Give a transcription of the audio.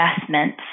investments